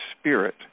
spirit